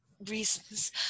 Reasons